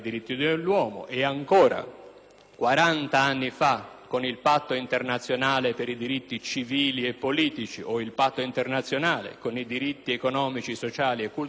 40 anni fa con il Patto internazionale sui diritti civili e politici o il Patto internazionale sui diritti economici, sociali e culturali, strumenti